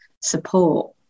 support